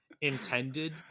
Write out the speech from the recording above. intended